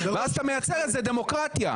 ואז אתה מייצר איזה דמוקרטיה.